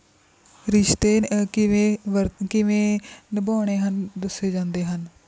ਰਿਸ਼ਤੇ ਕਿਵੇਂ ਵਰਤ ਕਿਵੇਂ ਨਿਭਾਉਣੇ ਹਨ ਦੱਸੇ ਜਾਂਦੇ ਹਨ